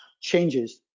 changes